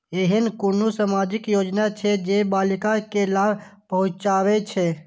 ऐहन कुनु सामाजिक योजना छे जे बालिका के लाभ पहुँचाबे छे?